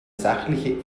sachliche